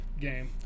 game